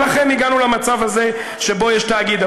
ולכן הגענו למצב הזה שבו יש תאגיד.